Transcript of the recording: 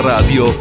Radio